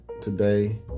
today